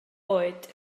oed